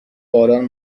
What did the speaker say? باران